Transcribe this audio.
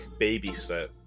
Babysit